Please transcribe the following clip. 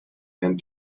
end